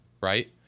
right